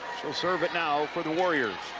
she'll serve it now for the warriors